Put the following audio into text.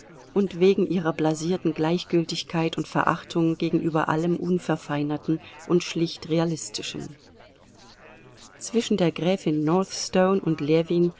und wegen ihrer blasierten gleichgültigkeit und verachtung gegenüber allem unverfeinerten und schlicht realistischen zwischen der gräfin northstone und ljewin